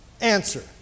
answer